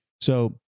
So-